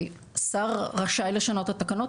השר רשאי לשנות את התקנות,